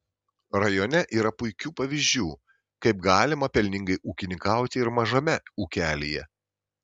rajone yra puikių pavyzdžių kaip galima pelningai ūkininkauti ir mažame ūkelyje